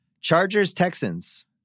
Chargers-Texans